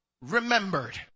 remembered